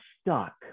stuck